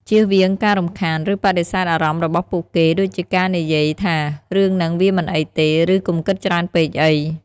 ជៀសវាងការរំខាន ឬបដិសេធអារម្មណ៍របស់ពួកគេ ដូចជាការនិយាយថា រឿងហ្នឹងវាមិនអីទេ ឬ កុំគិតច្រើនពេកអី។